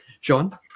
Sean